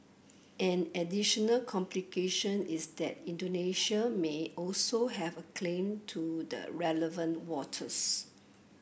an additional complication is that Indonesia may also have a claim to the relevant waters